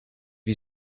you